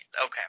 Okay